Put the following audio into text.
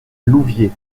louviers